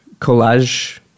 collage